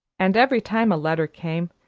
and every time a letter came,